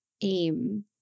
aim